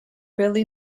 billy